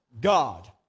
God